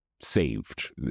saved